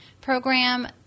program